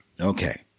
Okay